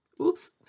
oops